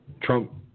Trump